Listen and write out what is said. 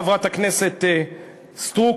חברת הכנסת סטרוק,